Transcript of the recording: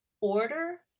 order